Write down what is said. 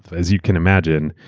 as you can imagine,